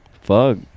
Fuck